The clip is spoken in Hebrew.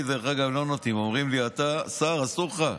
לי לא נותנים, אומרים לי: אתה שר, אסור לך.